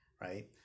right